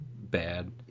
Bad